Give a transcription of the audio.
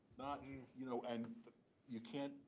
not you you know, and you can't.